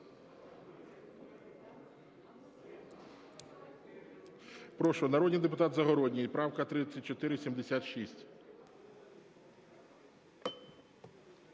Прошу, народний депутат Загородній, правка 3476.